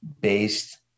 based